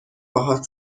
باهات